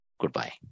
Goodbye